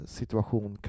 situation